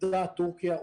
עובדה טורקיה,